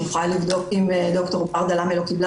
אני יכולה לבדוק עם ד"ר ברדה למה היא לא קיבלה